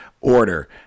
order